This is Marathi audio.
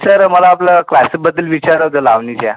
सर मला आपलं क्लासेसबद्दल विचारा होतं लावणीच्या